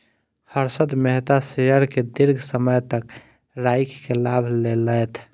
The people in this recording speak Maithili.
हर्षद मेहता शेयर के दीर्घ समय तक राइख के लाभ लेलैथ